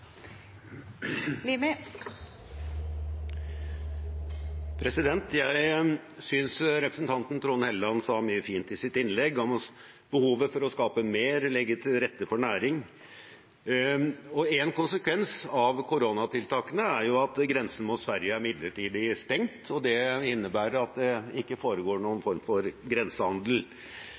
Jeg synes representanten Trond Helleland sa mye fint i sitt innlegg om behovet for å skape mer og å legge til rette for næring. En konsekvens av koronatiltakene er at grensen mot Sverige er midlertidig stengt. Det innebærer at det ikke foregår noen form for grensehandel,